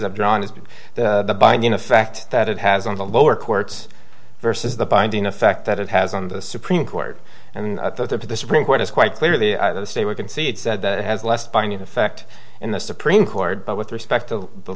of drawn has been binding the fact that it has on the lower courts versus the binding effect that it has on the supreme court and i thought that the supreme court is quite clearly say we can see it said that it has less binding effect in the supreme court but with respect to the